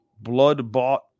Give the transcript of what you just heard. blood-bought